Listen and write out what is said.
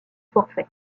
forfait